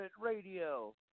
radio